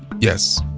yes.